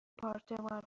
دپارتمان